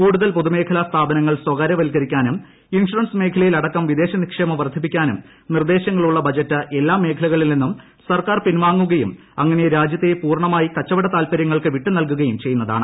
കൂടുതൽ പൊതുമേഖല സ്ഥാപനങ്ങൾ സ്വകാര്യവൽക്ക രിക്കാനും ഇൻഷുറൻസ് മേഖലയിലടക്കം വിദേശ നിക്ഷേപം വർധിപ്പിക്കാനും നിർദേശങ്ങളുള്ള ബജറ്റ് എല്ലാ മേഖലകളിൽ നിന്നും സർക്കാർ പിൻവാങ്ങുകയും അങ്ങനെ രാജ്യത്തെ പൂർണ മായി കച്ചവട താൽപരൃങ്ങൾക്കു വിട്ടുനൽകുകയും ചെയ്യുന്ന താണ്